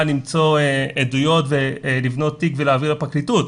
למצוא עדויות ולבנות תיק ולהעביר לפרקליטות.